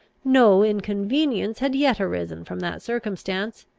no inconvenience had yet arisen from that circumstance,